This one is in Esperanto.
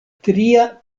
tria